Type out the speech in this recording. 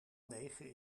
negen